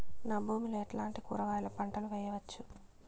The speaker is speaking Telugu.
నా భూమి లో ఎట్లాంటి కూరగాయల పంటలు వేయవచ్చు?